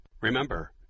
Remember